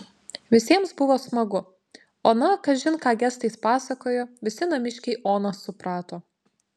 visiems buvo smagu ona kažin ką gestais pasakojo visi namiškiai oną suprato